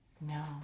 no